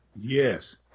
Yes